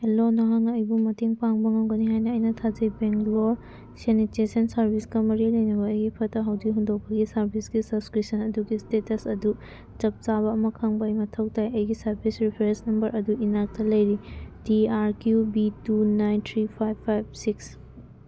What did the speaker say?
hello ꯅꯍꯥꯛꯅ ꯑꯩꯕꯨ ꯃꯇꯦꯡ ꯄꯥꯡꯕ ꯉꯝꯒꯅꯤ ꯍꯥꯏꯅ ꯑꯩꯅ ꯊꯥꯖꯩ ꯕꯦꯡꯒꯂꯣꯔ ꯁꯦꯅꯤꯇꯦꯁꯟ ꯁꯥꯔꯕꯤꯁꯀ ꯃꯔꯤ ꯂꯩꯅꯕ ꯑꯩꯒꯤ ꯐꯠꯇ ꯍꯥꯎꯗꯤ ꯍꯨꯟꯗꯣꯛꯄꯒꯤ ꯁꯥꯔꯕꯤꯁꯀꯤ ꯁꯞꯁꯀ꯭ꯔꯤꯞꯁꯟ ꯑꯗꯨꯒꯤ ꯏꯁꯇꯦꯇꯁ ꯑꯗꯨ ꯆꯞ ꯆꯥꯕ ꯑꯃ ꯈꯪꯕ ꯑꯩ ꯃꯊꯧ ꯇꯥꯏ ꯑꯩꯒꯤ ꯁꯥꯔꯕꯤꯁ ꯔꯤꯐꯔꯦꯟꯁ ꯅꯝꯕꯔ ꯑꯗꯨ ꯏꯅꯥꯛꯇ ꯂꯩꯔꯦ T R Q B two nine three five five six